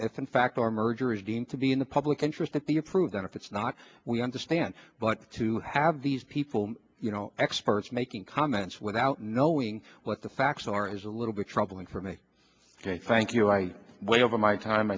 in fact our merger is deemed to be in the public interest at the approve then if it's not we understand but to have these people you know experts making comments without knowing what the facts are is a little bit troubling for me thank you i went over my time